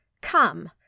come